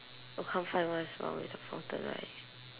or can't find what's wrong with the fountain right